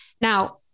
Now